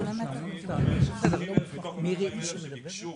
30,000 מתוך ה-140,000 שביקשו